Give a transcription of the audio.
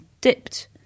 dipped